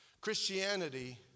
Christianity